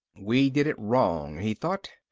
we did it wrong, he thought.